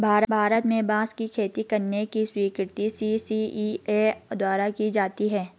भारत में बांस की खेती करने की स्वीकृति सी.सी.इ.ए द्वारा दी जाती है